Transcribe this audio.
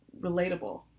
relatable